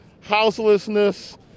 houselessness